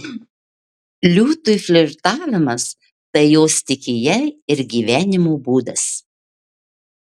liūtui flirtavimas tai jo stichija ir gyvenimo būdas